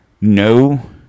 no